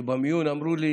במיון אמרו לי